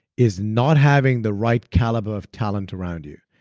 is not having the right caliber of talent around you.